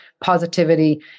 positivity